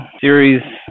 series